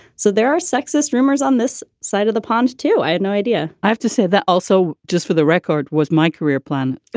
so there are sexist rumors on this side of the pond, too. i had no idea. i have to say that also, just for the record. was my career plan